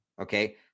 okay